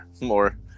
more